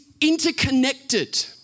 interconnected